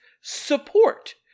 support